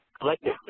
collectively